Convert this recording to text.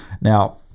Now